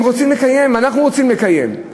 הם רוצים לקיים, אנחנו רוצים לקיים,